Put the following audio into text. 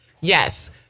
yes